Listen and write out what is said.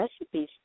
recipes